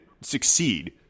succeed